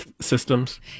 systems